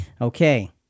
Okay